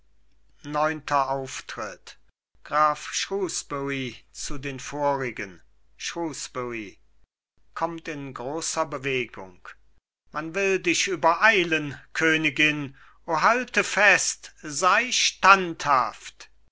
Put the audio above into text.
tadeln werden graf shrewsbury zu den vorigen shrewsbury kommt in großer bewegung man will dich übereilen königin o halte fest sei standhaft